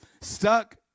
stuck